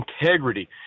integrity